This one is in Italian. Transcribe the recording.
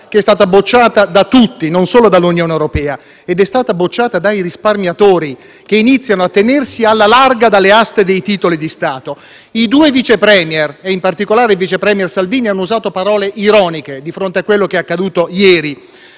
che è stata bocciata da tutti, non solo dall'Unione europea; ed è stata bocciata dai risparmiatori, che iniziano a tenersi alla larga dalle aste dei titoli di Stato. I due Vice *Premier*, in particolare il vice *premier* Salvini, hanno usato parole ironiche di fronte a quanto accaduto ieri